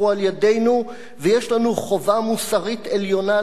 ויש לנו חובה מוסרית עליונה לשחררם מן השבי.